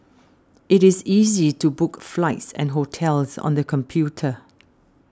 it is easy to book flights and hotels on the computer